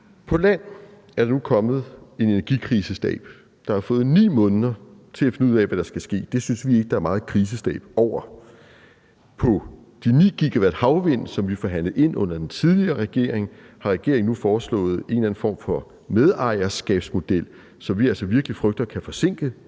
På landområdet er der nu kommet en energikrisestab, der har fået 9 måneder til at finde ud af, hvad der skal ske; det synes vi ikke der er meget krisestab over. I forhold til de 9 GW havvind, som vi forhandlede ind under den tidligere regering, har regeringen nu foreslået en eller anden form for medejerskabsmodel, som vi altså virkelig frygter kan forsinke